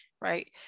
right